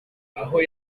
aho